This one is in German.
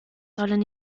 sollen